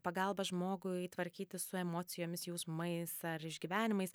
pagalba žmogui tvarkytis su emocijomis jausmais ar išgyvenimais